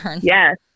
yes